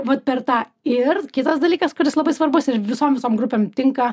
vat per tą ir kitas dalykas kuris labai svarbus ir visom visom grupėm tinka